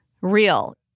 real